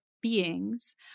beings